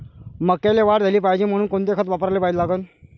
मक्याले वाढ झाली पाहिजे म्हनून कोनचे खतं वापराले लागन?